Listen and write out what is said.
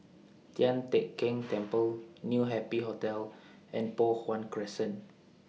Tian Teck Keng Temple New Happy Hotel and Poh Huat Crescent